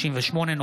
התשי"ח 1958 .